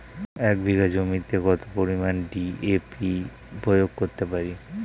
এক বিঘা জমিতে কত পরিমান ডি.এ.পি প্রয়োগ করতে পারি?